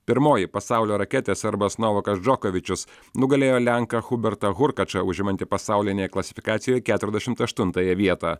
pirmoji pasaulio raketė serbas novakas džokovičius nugalėjo lenką chubertą hurkačą užimantį pasaulinėje klasifikacijoje keturiasdešimt aštuntąją vietą